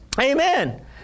Amen